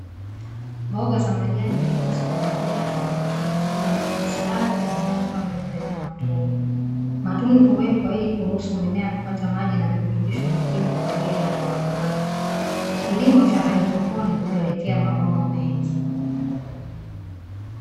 Mboga za majani aina ya sukumawiki zimeoteshwa vizuri na kimstari kwenye mabomba meupe yenye matundu. Matundu huwekwa ili kuruhusu mimea kupata maji na virutubisho muhimu kwa ajili ya ukuaji wake. Kilimo cha haidroponi hupelekea mavuno mengi.